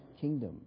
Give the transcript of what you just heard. kingdom